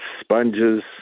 sponges